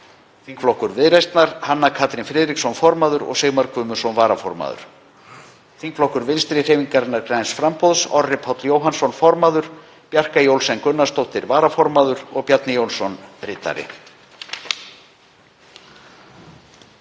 Þingflokkur Viðreisnar: Hanna Katrín Friðriksson, formaður, og Sigmar Guðmundsson, varaformaður. Þingflokkur Vinstrihreyfingarinnar – græns framboðs: Orri Páll Jóhannsson, formaður, Bjarkey Olsen Gunnarsdóttir, varaformaður, og Bjarni Jónsson, ritari.